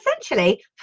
essentially